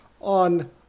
on